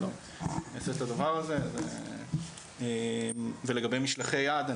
שיעשה את הדבר הזה ולגבי משלחי יד,